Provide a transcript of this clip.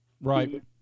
right